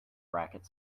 racket